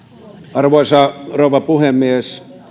arvoisa rouva puhemies